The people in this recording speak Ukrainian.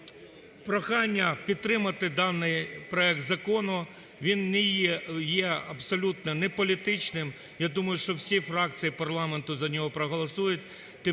Прохання підтримати даний проект закону. Він не є… є абсолютно неполітичним. Я думаю, що всі фракції парламенту за нього проголосують,